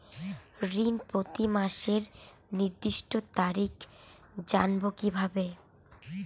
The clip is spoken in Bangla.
ঋণ প্রতিমাসের নির্দিষ্ট তারিখ জানবো কিভাবে?